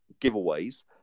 giveaways